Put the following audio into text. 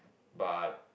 but